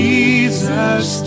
Jesus